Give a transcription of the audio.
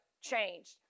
changed